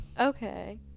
okay